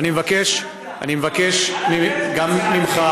--- אני מבקש גם ממך,